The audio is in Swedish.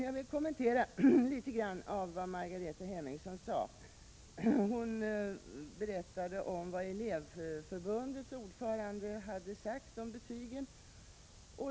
Jag vill kommentera litet av vad Margareta Hemmingsson sade. Hon berättade vad Elevförbundets ordförande hade sagt om betygen.